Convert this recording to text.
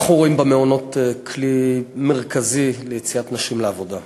אנחנו רואים במעונות כלי מרכזי ליציאת נשים לעבודה.